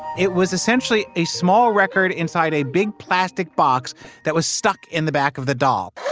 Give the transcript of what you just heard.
it was essentially a small record inside a big plastic box that was stuck in the back of the doll